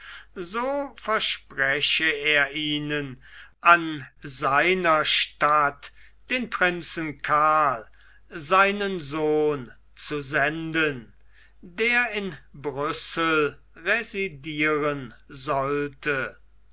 so verspreche er ihnen an seiner statt den prinzen karl seinen sohn zu senden der in brüssel residieren sollte